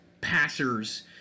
passers